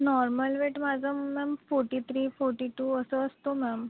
normal weight माझं ma'am forty three forty two असं असतो मॅम